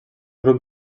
grup